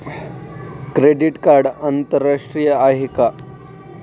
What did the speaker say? Credit card आंतरराष्ट्रीय आहे का?